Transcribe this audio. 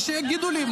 מה שיגידו לי,